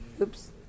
Oops